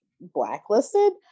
blacklisted